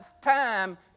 time